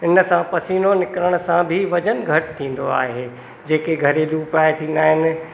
इनसां पसीनो निकरण सां बि वज़न घटि थींदो आहे जेके घरेलू उपाय थींदा आहिनि